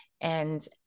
and-